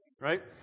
right